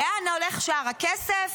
לאן הולך שאר הכסף?